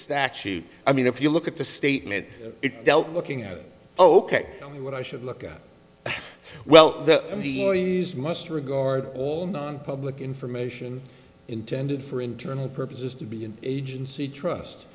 statute i mean if you look at the statement it dealt looking at ok what i should look at well must regard all nonpublic information intended for internal purposes to be an agency trust